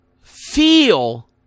feel